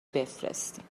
بفرستین